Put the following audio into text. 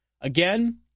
again